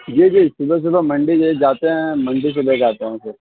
جی جی صُبح صُبح منڈی لے جاتے ہیں منڈی سے لے جاتے ہیں پھر